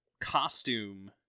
costume